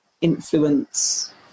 influence